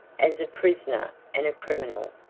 as a prisoner and a criminal.